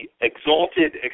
exalted